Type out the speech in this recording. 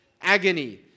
agony